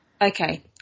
Okay